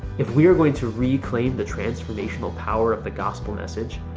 if we are going to reclaim the transformational power of the gospel message,